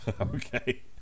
Okay